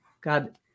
God